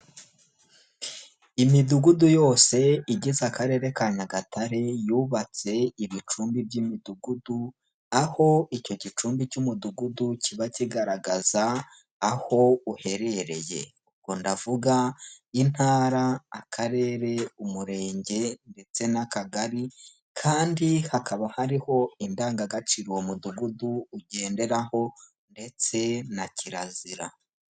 Imidugudu yose igize Akarere ka Nyagatare yubatse ibicumbi by'imidugudu, aho icyo gicumbi cy'umudugudu kiba kigaragaza aho uherereye. Ubwo ndavuga intara, akarere, umurenge ndetse n'akagari kandi hakaba hariho indangagaciro uwo mudugudu ugenderaho ndetse na kirazira.